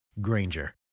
Granger